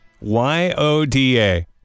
Y-O-D-A